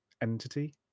entity